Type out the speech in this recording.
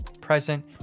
present